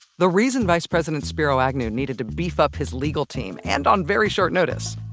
the reason vice president spiro agnew needed to beef up his legal team and on very short notice!